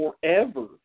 forever